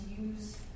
use